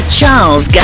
Charles